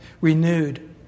renewed